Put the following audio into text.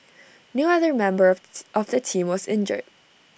no other member of the team was injured